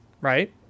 right